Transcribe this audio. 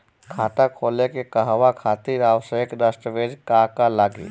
खाता खोले के कहवा खातिर आवश्यक दस्तावेज का का लगी?